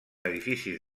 edificis